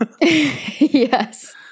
Yes